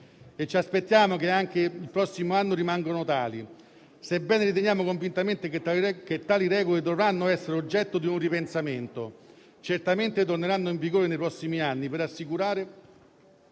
ci aspettiamo che anche il prossimo anno rimangano tali. Sebbene riteniamo convintamente che tali regole dovranno essere oggetto di un ripensamento, certamente torneranno in vigore nei prossimi anni